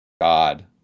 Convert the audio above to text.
God